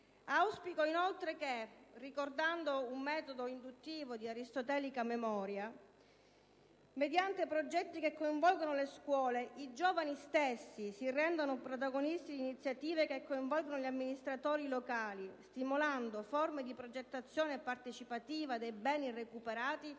Auspico inoltre che, ricordando un metodo induttivo di aristotelica memoria, mediante progetti che coinvolgano le scuole, i giovani stessi si rendano protagonisti di iniziative che coinvolgano gli amministratori locali, stimolando forme di progettazione partecipativa dei beni recuperati